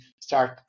start